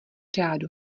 řádu